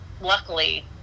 luckily